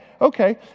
okay